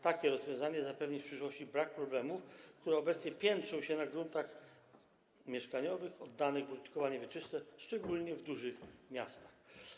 Takie rozwiązanie zapewni w przyszłości brak problemów, które obecnie istnieją w związku gruntami mieszkaniowymi oddanymi w użytkowanie wieczyste, szczególnie w dużych miastach.